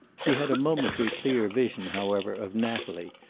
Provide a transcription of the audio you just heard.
he had a momentary clear vision, however, of natalie,